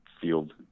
field